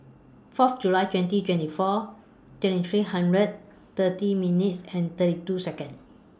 Fourth July twenty twenty four twenty three hundred thirty minutes and thirty two Seconds